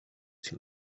情况